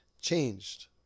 changed